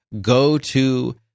go-to